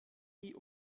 die